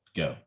go